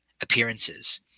appearances